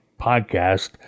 podcast